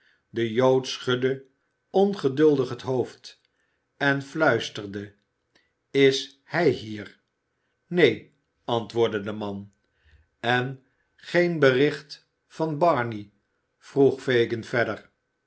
de jood schudde ongeduldig het hoofd en fluisterde is hij hier neen antwoordde de man en geen bericht van barney vroeg fagin verder